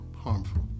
harmful